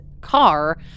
car